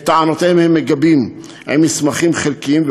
את טענותיהם הם מגבים במסמכים חלקיים.